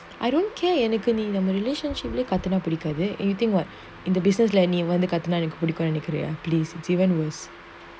I don't care uniquely எனக்குநீ:enaku nee relationship கத்துனாபிடிக்காது:kathuna pidikathu everything [what] in the business கத்துனாபிடிக்கும்னுநெனைக்குறியா:kathuna pidikumnu nenaikuria please it's even worse